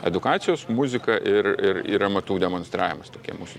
edukacijos muzika ir ir ir amatų demonstravimas tokie mūsų